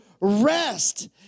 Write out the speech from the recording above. rest